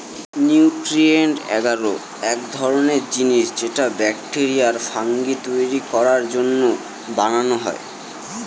nutrient এগার এক ধরনের জিনিস যেটা ব্যাকটেরিয়া আর ফাঙ্গি তৈরী করার জন্য বানানো হয়